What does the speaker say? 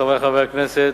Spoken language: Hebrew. חברי חברי הכנסת,